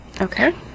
Okay